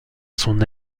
son